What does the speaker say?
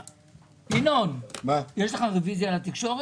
ינון, יש לך רביזיה על התקשורת?